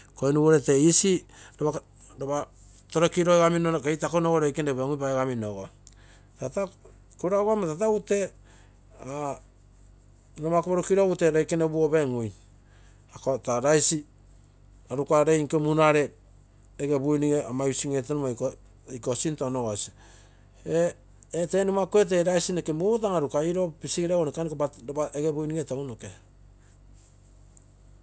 Koinurue re tee easy lopa, lopa torekiro oigamino keitakonogo loikene opengu paigaminogo tata ikorau amo tata egu tee nomaku porukiro egu tee loikene upugu opemgui ako taa rice arukaremke munare ege buinige ama using ee togimoi iko, iko sinto onogosi ee, ee tee nomakuge tee rice noke mugonto an-aruka irou pisigere ogo noke lopa ege buinige tounoke.